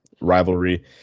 rivalry